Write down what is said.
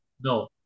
No